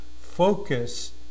focus